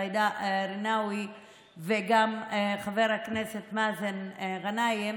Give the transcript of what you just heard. ג'ידא רינאוי וגם חבר הכנסת מאזן גנאים,